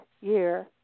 year